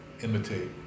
imitate